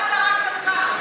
אבל מה המטרה שלך?